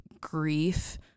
grief